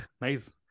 Nice